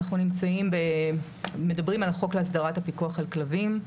אנחנו מדברים על החוק להסדרת הפיקוח על כלבים,